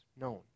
known